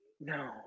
No